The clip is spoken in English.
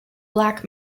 black